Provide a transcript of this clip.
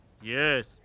Yes